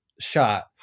shot